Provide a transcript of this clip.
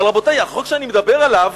אבל, רבותי, החוק שאני מדבר עליו